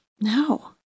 No